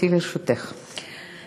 לרשותך עד שלוש דקות, גברתי.